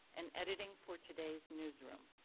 and editing for today's newsroom.